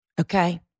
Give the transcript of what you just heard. Okay